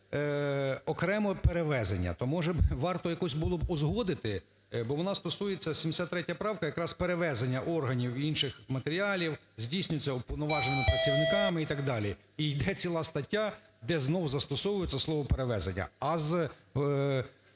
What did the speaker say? окремо "перевезення". То, може, варто було якось узгодити, бо вона стосується 73 правка, якраз перевезення органів і інших матеріалів, здійснюється уповноваженими працівниками і так далі? І йде ціла стаття, де знову застосовується слово "перевезення".